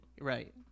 right